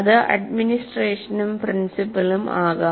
അത് അഡ്മിനിസ്ട്രേഷനും പ്രിൻസിപ്പലും ആകാം